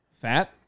Fat